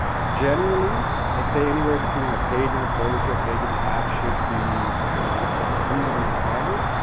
generally, i say anywhere between a page and a quarter to a page and a half should be enough. that's usually the standard,